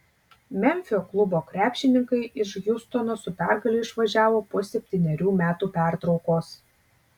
memfio klubo krepšininkai iš hjustono su pergale išvažiavo po septynerių metų pertraukos